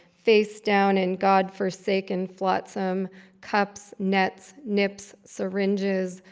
face-down in god-forsaken flotsam cups, nets, nips, syringes,